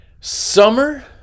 Summer